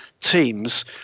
teams